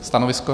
Stanovisko?